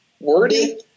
Wordy